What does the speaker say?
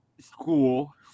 school